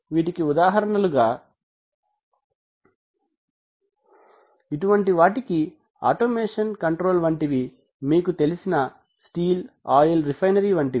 వీటికి ఉదాహరణలుగా ఇటువంటి వాటికి ఆటోమేషన్ కంట్రోల్ వంటివి మీకు తెలిసిన స్టీల్ఆయిల్ రెఫైనరీ వంటివి